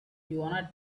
wanna